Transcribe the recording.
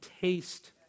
taste